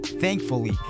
Thankfully